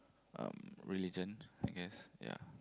um religion I guess ya